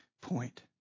point